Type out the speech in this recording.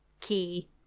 key